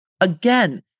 Again